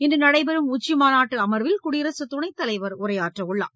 இன்று நடைபெறும் உச்சிமாநாட்டு அமர்வில் குடியரசுத் துணைத் தலைவர் உரையாற்றவுள்ளார்